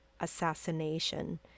assassination